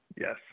Yes